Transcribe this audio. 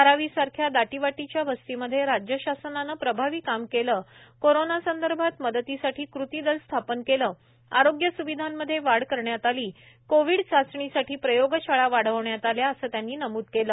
धारावीसारख्या दाटीवाटीच्या वस्तीमध्ये राज्य शासनानं प्रभावी काम केलं कोरोनासंदर्भात मदतीसाठी कृती दल स्थापन केले आरोग्य स्विधांमध्ये वाढ करण्यात आलं कोविड चाचणीसाठी प्रयोगशाळा वाढवण्यात आल्या असं त्यांनी नमूद केलं